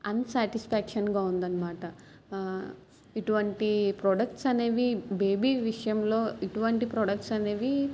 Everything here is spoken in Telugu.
అన్సాటిస్ఫాక్షన్గా ఉందన్నమాట ఇటువంటి ప్రొడక్ట్స్ అనేవి బేబీ విషయంలో ఇటువంటి ప్రొడక్ట్స్ అనేవి